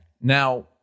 now